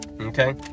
Okay